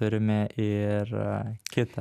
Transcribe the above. turime ir kitą